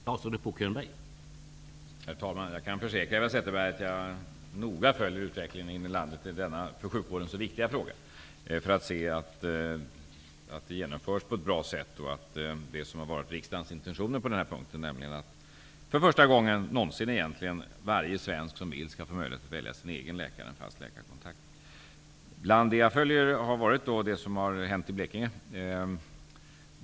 Herr talman! Jag kan försäkra Eva Zetterberg att jag noga följer utvecklingen i landet i denna för sjukvården så viktiga fråga, för att se att detta genomförs på ett bra sätt och att det som har varit riksdagens intentioner på den här punkten fullföljs, nämligen att varje svensk som vill, för första gången någonsin, skall få möjlighet att välja sin egen läkare/en fast läkarkontakt. Jag följer bl.a. det som har hänt i Blekinge.